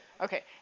Okay